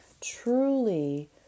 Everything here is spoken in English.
Truly